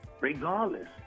regardless